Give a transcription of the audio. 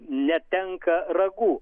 netenka ragų